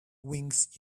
wings